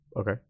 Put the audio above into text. Okay